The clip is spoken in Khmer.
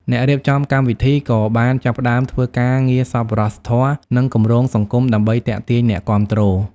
អ្នករៀបចំកម្មវិធីក៏បានចាប់ផ្តើមធ្វើការងារសប្បុរសធម៌និងគម្រោងសង្គមដើម្បីទាក់ទាញអ្នកគាំទ្រ។